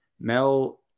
Mel